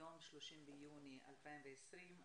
היום 30 ביוני 2020,